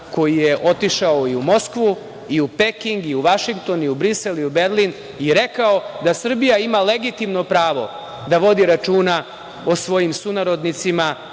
koji je otišao i u Moskvu i u Peking i u Vašington i u Brisel i u Berlin i rekao da Srbija ima legitimno pravo da vodi računa o svojim sunarodnicima